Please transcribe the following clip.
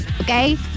okay